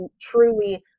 truly